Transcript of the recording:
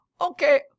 okay